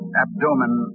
abdomen